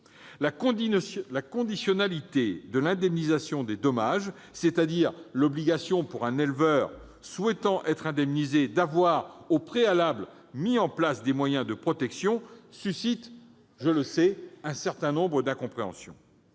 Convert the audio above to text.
La conditionnalité de l'indemnisation des dommages, c'est-à-dire l'obligation, pour un éleveur souhaitant être indemnisé, d'avoir, au préalable, mis en place des moyens de protection suscite des incompréhensions,